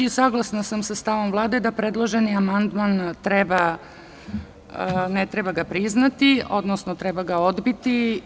Saglasan sam sa stavom Vlade da predloži amandman ne treba prihvatiti, odnosno treba ga odbiti.